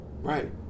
Right